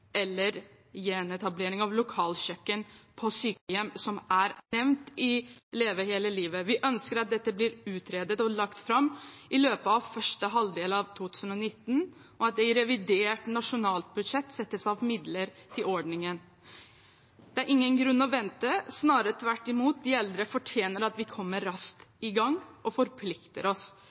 eller gjenetablering av lokalkjøkken på sykehjem, som er nevnt i Leve hele livet. Vi ønsker at dette blir utredet og lagt fram i løpet av første halvdel av 2019, og at det i revidert nasjonalbudsjett settes av midler til ordningen. Det er ingen grunn til å vente – snarere tvert imot, de eldre fortjener at vi kommer raskt i gang og forplikter oss.